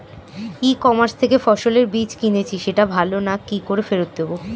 ই commerce থেকে ফসলের বীজ কিনেছি সেটা ভালো না কি করে ফেরত দেব?